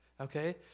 Okay